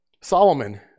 Solomon